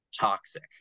toxic